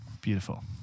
Beautiful